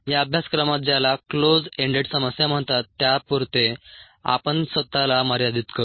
या अभ्यासक्रमात ज्याला क्लोज एंडेड समस्या म्हणतात त्यापुरते आपण स्वतःला मर्यादित करू